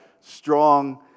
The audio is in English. strong